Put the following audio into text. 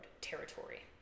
territory